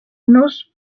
nos